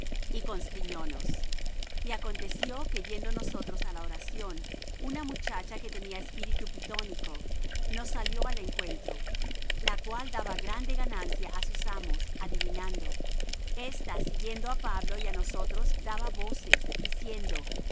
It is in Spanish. y aconteció que yendo nosotros á la oración una muchacha que tenía espíritu pitónico nos salió al encuentro la cual daba grande ganancia á sus amos adivinando esta siguiendo á pablo y á nosotros daba voces diciendo